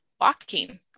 walking